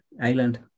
island